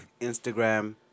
instagram